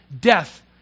death